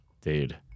dude